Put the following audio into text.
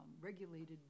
regulated